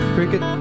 Cricket